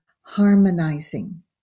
harmonizing